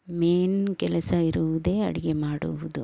main ಕೆಲಸ ಇರುವುದೇ ಅಡಿಗೆ ಮಾಡುವುದು